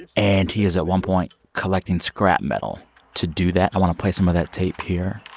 and he is, at one point, collecting scrap metal to do that. i want to play some of that tape here